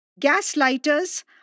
Gaslighters